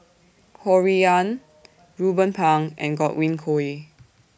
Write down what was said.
Ho Rui An Ruben Pang and Godwin Koay